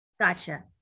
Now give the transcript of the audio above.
Gotcha